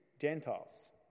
Gentiles